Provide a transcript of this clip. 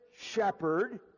shepherd